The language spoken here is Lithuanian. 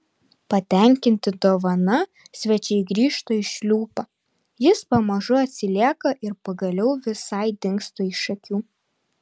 patenkinti dovana svečiai grįžta į šliupą jis pamažu atsilieka ir pagaliau visai dingsta iš akių